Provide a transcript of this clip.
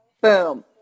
Boom